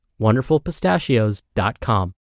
WonderfulPistachios.com